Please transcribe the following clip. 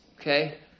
Okay